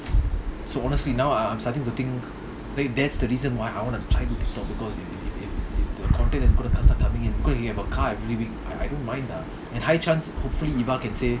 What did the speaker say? so honestly now I'm I'm starting to think like that's the reason why I wanna try do tiktok because it it it the content is gonna co~ start coming in we gonna have a car every week I I don't mind lah and high chance hopefully even can say